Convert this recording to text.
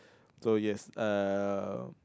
so yes uh